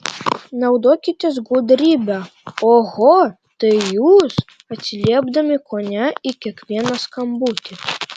naudokitės gudrybe oho tai jūs atsiliepdami kone į kiekvieną skambutį